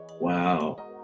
Wow